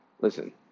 listen